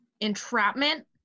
entrapment